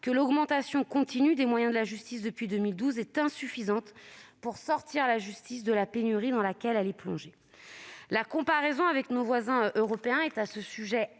que l'augmentation continue des moyens depuis 2012 est insuffisante pour sortir la justice de la pénurie à laquelle elle est confrontée. La comparaison avec nos voisins européens est à ce titre assez